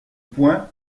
poing